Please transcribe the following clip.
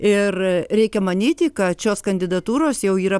ir reikia manyti kad šios kandidatūros jau yra